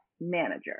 manager